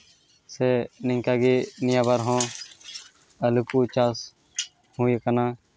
ᱥᱮ ᱱᱤᱝᱠᱟᱜᱮ ᱱᱤᱭᱟᱹ ᱵᱟᱨ ᱦᱚᱸ ᱟᱹᱞᱩ ᱠᱚ ᱪᱟᱥ ᱦᱩᱭ ᱠᱟᱱᱟ ᱠᱚᱨᱟᱣ ᱠᱟᱜᱼᱟ ᱠᱚ